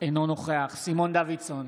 אינו נוכח סימון דוידסון,